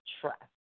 trust